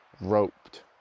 roped